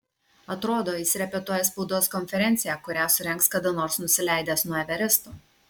atrodo jis repetuoja spaudos konferenciją kurią surengs kada nors nusileidęs nuo everesto